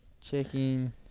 checking